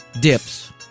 Dips